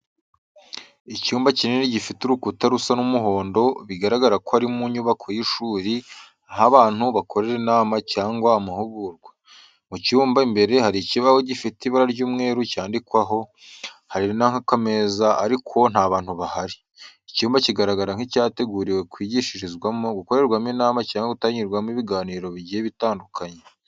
Icyumba kinini gifite urukuta rusa n'umuhondo, bigaragara ko ari mu nyubako y’ishuri, aho abantu bakorera inama cyangwa amahugurwa. Mu cyumba imbere hari ikibaho gifite ibara ry’umweru cyandikwaho, hari n’akameza, ariko nta bantu bahari. Icyumba kigaragara nk’icyateguriwe kwigishirizwamo, gukorerwamo inama cyangwa gutangirwamo ibiganiro bigiye bitandukanye.